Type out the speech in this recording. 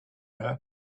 her